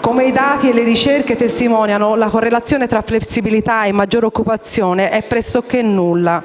Come i dati e le ricerche testimoniano, la correlazione tra flessibilità e maggiore occupazione è pressoché nulla.